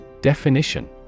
Definition